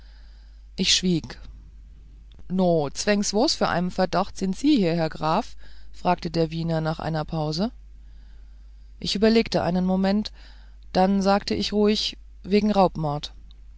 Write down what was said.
ich schwieg no und zweng wos für einen verdachtö sin sie hier herr graf fragte der wiener nach einer pause ich überlegte einen moment dann sagte ich ruhig wegen raubmord